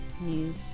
new